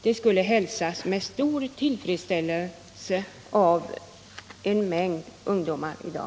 Det skulle hälsas med tillfredsställelse av en mängd ungdomar i dag.